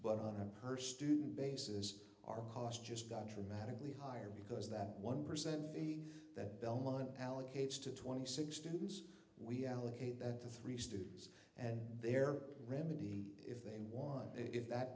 but on a per student basis our costs just got dramatically higher because that one percent fee that belmont allocates to twenty six students we allocate at the three stooges and their remedy if they want if that